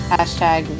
Hashtag